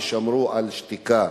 ושמרו על שתיקה,